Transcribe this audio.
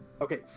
okay